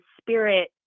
spirit